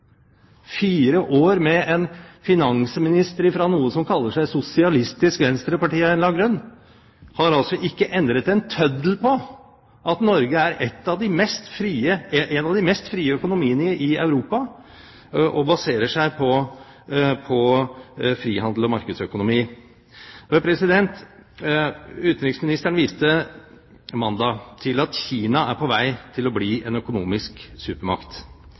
Fire år med en finansminister fra noe som kaller seg Sosialistisk Venstreparti av en eller annen grunn, har altså ikke endret en tøddel på at Norge er en av de mest frie økonomiene i Europa, og baserer seg på frihandel og markedsøkonomi. Utenriksministeren viste tirsdag til at Kina er på vei til å bli en økonomisk supermakt,